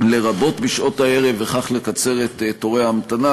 לרבות בשעות הערב, וכך לקצר את תורי ההמתנה.